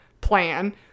plan